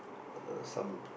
uh some